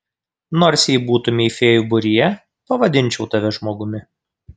nors jei būtumei fėjų būryje pavadinčiau tave žmogumi